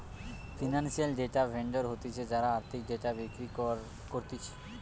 financial data vendor হতিছে যারা আর্থিক ডেটা বিক্রি করতিছে